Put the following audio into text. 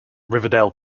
riverdale